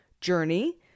journey